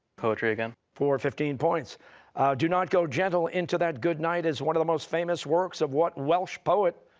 poetry again. costa for fifteen points do not go gentle into that good night is one of the most famous works of what welsh poet?